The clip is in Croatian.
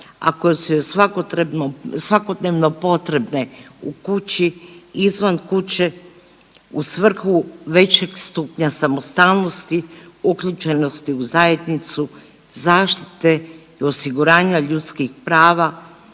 a koje su joj svakodnevno potrebne u kući, izvan kuće u svrhu većeg stupnja samostalnosti, uključenosti u zajednicu, zaštite i osiguranja ljudskih prava